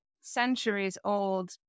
centuries-old